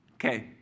Okay